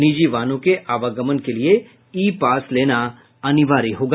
निजी वाहनों के आवागमन के लिये ई पास लेना अनिवार्य होगा